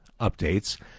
updates